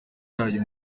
yayo